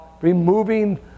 removing